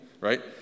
right